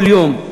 כל יום,